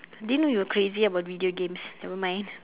didn't know you were crazy about video games nevermind